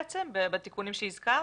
בתיקונים שהזכרת?